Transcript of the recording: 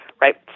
right